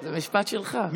זה משפט שלך.